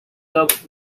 cup